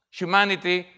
humanity